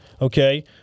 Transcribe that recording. okay